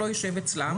לא יישב אצלה,